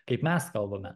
kaip mes kalbame